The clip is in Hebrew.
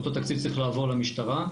אותו תקציב צריך לעבור למשטרה.